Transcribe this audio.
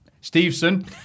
Stevenson